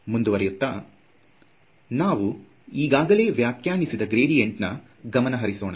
ಮುಂದುವರೆಯುತ್ತ ನಾವು ಈಗಾಗಲೇ ವ್ಯಾಖ್ಯಾನಿಸಿದ ಗ್ರೇಡಿಯಂಟ್ ನಾ ಗಮನ ಹರಿಸೋಣ